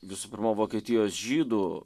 visų pirma vokietijos žydų